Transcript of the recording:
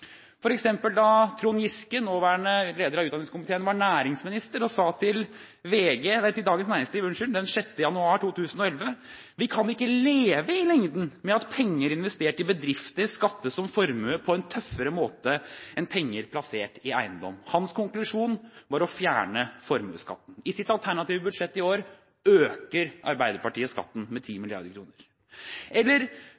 f.eks. da Trond Giske, nåværende leder av utdanningskomiteen, var næringsminister og sa til Dagens Næringsliv den 6. januar 2011: «Vi kan ikke leve i lengden med at penger investert i bedrifter skattes som formue på en tøffere måte enn penger plassert i eiendomsmasse.» Hans konklusjon var å fjerne formuesskatten. I sitt alternative budsjett i år øker Arbeiderpartiet skatten med